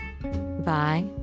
Bye